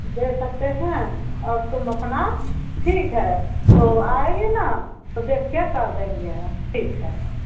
दे सकते हैं और तुम अपना ठीक है तो आइए ना तो देखिए कर देंगे ठीक है